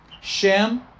Shem